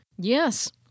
Yes